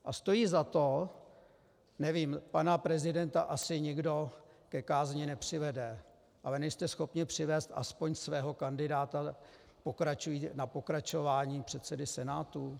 A stojí za to nevím, pana prezidenta asi nikdo ke kázni nepřivede, ale nejste schopni přivést aspoň svého kandidáta na pokračování předsedy Senátu?